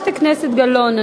חברת הכנסת גלאון,